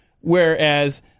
whereas